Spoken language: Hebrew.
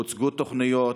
והוצגו תוכניות,